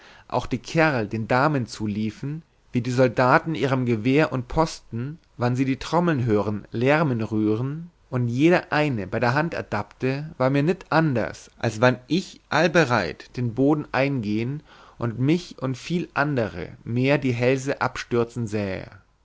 auch die kerl den damen zuliefen wie die soldaten ihrem gewehr und posten wann sie die trommel hören lärmen rühren und jeder eine bei der hand erdappte ward mir nit anders als wann ich allbereit den boden eingehen und mich und viel andere mehr die hälse abstürzen sähe